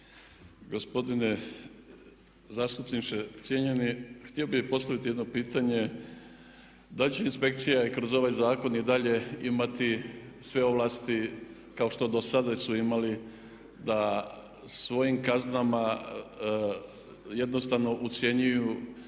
Gospodine zastupniče cijenjeni htio bi postaviti jedno pitanje da li će inspekcija i kroz ovaj zakon i dalje imati sve ovlasti kao što dosada su imali da svojim kaznama jednostavno ucjenjuju